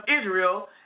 Israel